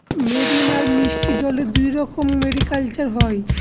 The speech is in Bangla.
মেরিন আর মিষ্টি জলে দুইরকম মেরিকালচার হয়